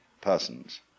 persons